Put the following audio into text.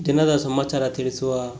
ದಿನದ ಸಮಾಚಾರ ತಿಳಿಸುವ